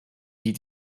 die